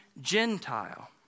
Gentile